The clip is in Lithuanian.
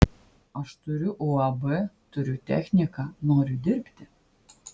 aš turiu uab turiu techniką noriu dirbti